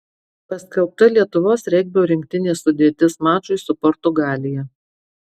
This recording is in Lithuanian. paskelbta lietuvos regbio rinktinės sudėtis mačui su portugalija